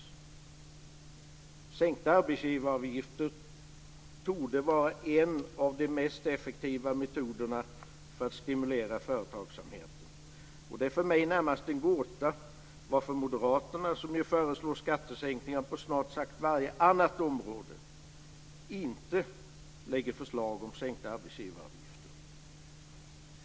Sänkta arbetsgivaravgifter torde vara en av de mest effektiva metoderna för att stimulera företagsamheten, och det är för mig närmast en gåta varför moderaterna, som ju föreslår skattesänkningar på snart sagt varje annat område, inte lägger fram förslag om sänkta arbetsavgifter.